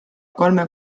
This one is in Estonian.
kolme